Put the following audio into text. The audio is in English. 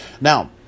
Now